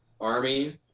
army